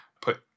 put